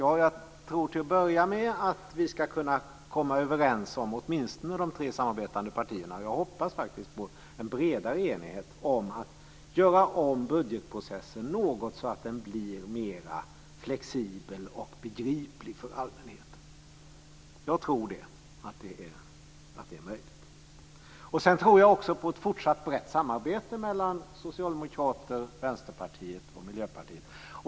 Ja, jag tror till att börja med att vi ska kunna komma överens, åtminstone de tre samarbetande partierna - jag hoppas faktiskt på en bredare enighet - om att göra om budgetprocessen något så att den blir mera flexibel och begriplig för allmänheten. Jag tror att det är möjligt. Sedan tror jag också på ett fortsatt brett samarbete med Socialdemokraterna, Vänsterpartiet och Miljöpartiet.